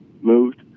moved